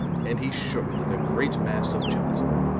and he shook like a great mass of gelatine.